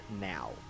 now